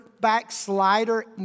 backslider